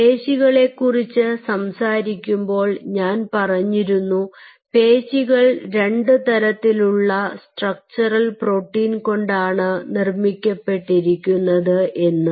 പേശികളെ കുറിച്ച് സംസാരിച്ചപ്പോൾ ഞാൻ പറഞ്ഞിരുന്നു പേശികൾ രണ്ടുതരത്തിലുള്ള സ്ട്രക്ച്ചറൽ പ്രോട്ടീൻ കൊണ്ടാണ് നിർമ്മിക്കപ്പെട്ടിരിക്കുന്നത് എന്ന്